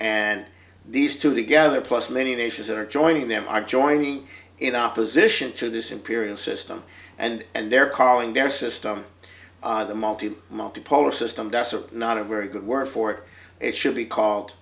and these two together plus many nations that are joining them are joining it opposition to this imperial system and and their calling their system the multi multi polar system does not a very good word for it should be called